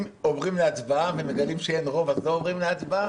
שעוברים להצבעה ומגלים שאין רוב אז לא עוברים להצבעה?